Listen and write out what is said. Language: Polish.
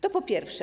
To po pierwsze.